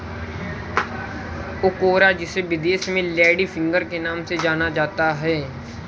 ओकरा जिसे विदेश में लेडी फिंगर के नाम से जाना जाता है